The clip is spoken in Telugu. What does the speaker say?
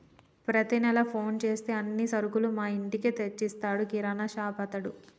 ప్రతి నెల ఫోన్ చేస్తే అన్ని సరుకులు మా ఇంటికే తెచ్చిస్తాడు కిరాణాషాపతడు